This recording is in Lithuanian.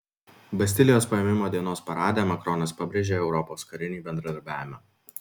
bastilijos paėmimo dienos parade macronas pabrėžė europos karinį bendradarbiavimą